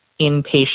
inpatient